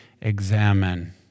examine